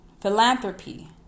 philanthropy